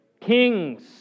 Kings